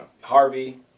Harvey